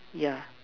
yeah